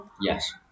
Yes